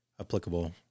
applicable